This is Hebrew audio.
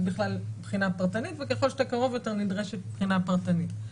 בכלל בחינה פרטנית וככל שאתה קרוב יותר נדרשת בחינה פרטנית.